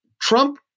Trump